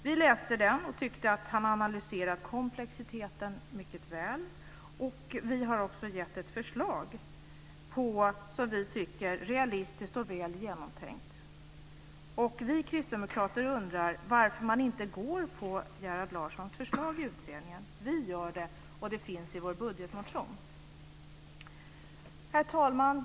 Vi läste den och tyckte att Gerhard Larsson analyserar komplexiteten mycket väl. Vi har också presenterat ett förslag som vi tycker är realistiskt och väl genomtänkt. Vi kristdemokrater undrar varför man inte instämmer i förslagen i Gerhard Larssons utredning. Vi gör det, och hans förslag ingår i vår budgetmotion. Herr talman!